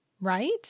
right